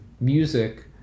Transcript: music